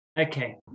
Okay